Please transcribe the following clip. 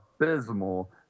abysmal